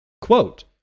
Quote